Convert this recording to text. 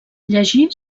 llegir